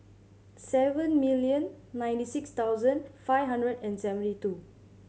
seven million ninety six thousand five hundred and seventy two